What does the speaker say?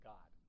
God